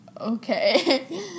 Okay